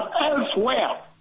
elsewhere